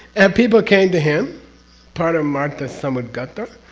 and people came to him paramarthasamudgata.